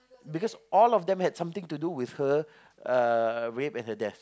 because all of them have something to do with her uh rape and her death